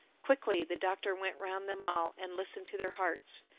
quickly the doctor went round them all and listened to their hearts.